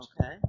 Okay